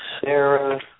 Sarah